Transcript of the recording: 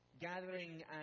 gathering